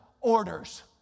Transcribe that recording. orders